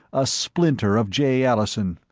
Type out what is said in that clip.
a splinter of jay allison,